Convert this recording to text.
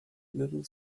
little